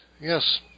Yes